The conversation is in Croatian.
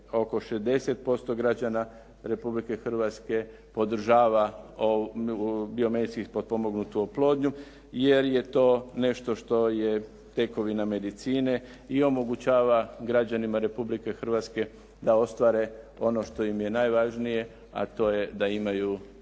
oko 60% građana Republike Hrvatske podržava biomedicinski potpomognutu oplodnju jer je to nešto što je tekovina medicine i omogućava građanima Republike Hrvatske da ostvare ono što im je najvažnije a to je da imaju dijete.